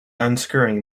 unscrewing